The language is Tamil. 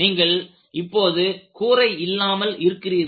நீங்கள் இப்போது கூரை இல்லாமல் இருக்கிறீர்கள்